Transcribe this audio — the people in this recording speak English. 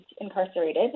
incarcerated